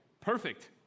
perfect